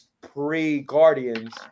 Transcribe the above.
pre-Guardians